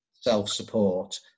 self-support